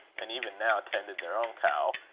and even now tended their own cow,